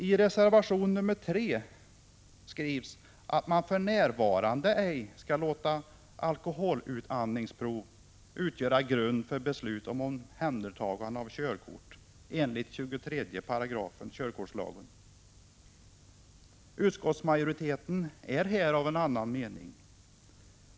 I reservation 3 skriver reservanterna att man för närvarande ej skall låta alkoholutandningsprov utgöra grund för beslut om omhändertagande av körkort enligt 23 § körkortslagen. Utskottsmajoriteten är här av en annan mening.